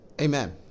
Amen